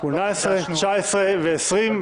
שמונה-עשרה, תשע-עשרה ועשרים.